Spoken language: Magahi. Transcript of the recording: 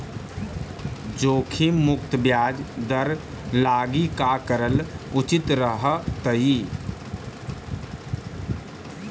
जोखिम मुक्त ब्याज दर लागी का करल उचित रहतई?